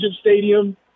Stadium